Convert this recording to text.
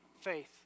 faith